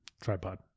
tripod